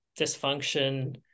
dysfunction